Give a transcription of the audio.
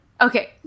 Okay